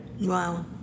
Wow